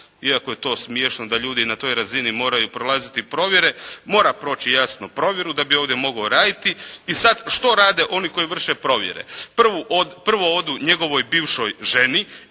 iako je to smiješno da ljudi na toj razini moraju prolaziti provjere. Mora proći jasno provjeru da bi ovdje mogao raditi i sada što rade oni koji vrše provjere. Prvo odu njegovoj bivšoj ženi,